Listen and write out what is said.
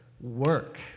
work